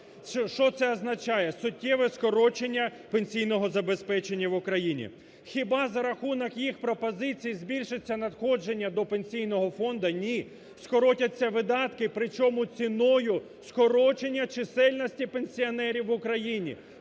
Що це означає? Суттєве скорочення пенсійного забезпечення в Україні. Хіба за рахунок їх пропозицій збільшиться находження до Пенсійного фонду? Ні. Скоротяться видатки, причому ціною скорочення чисельності пенсіонерів в Україні.